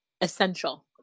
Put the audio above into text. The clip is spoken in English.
essential